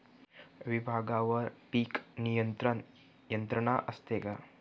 विभागवार पीक नियंत्रण यंत्रणा असते का?